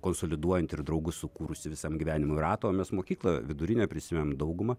konsoliduojantį ir draugus sukūrusį visam gyvenimui ratą o mes mokyklą vidurinę prisimenam dauguma